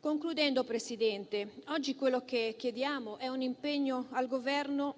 Concludendo, signor Presidente, oggi quello che chiediamo è un impegno al Governo